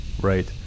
Right